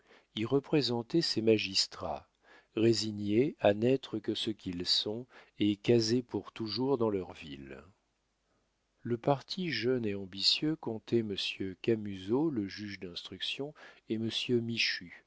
y représentaient ces magistrats résignés à n'être que ce qu'ils sont et casés pour toujours dans leur ville le parti jeune et ambitieux comptait monsieur camusot le juge d'instruction et monsieur